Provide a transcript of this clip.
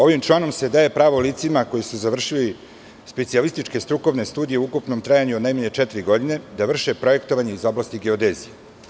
Ovim članom se daje pravo licima koja su završila specijalističke strukovne studije u ukupnom trajanju od najmanje četiri godine da vrše projektovanje iz oblasti geodezije.